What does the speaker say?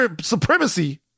supremacy